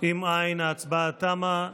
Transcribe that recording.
אם אין, ההצבעה תמה.